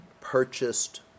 purchased